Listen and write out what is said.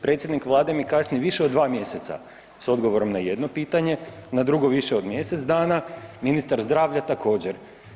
Predsjednik Vlade mi kasni više od 2 mjeseca s odgovorom na jedno pitanje, na drugo više od mjesec dana, ministar zdravlja također.